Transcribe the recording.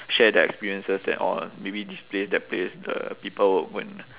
share their experiences that orh maybe this place that place the people will go and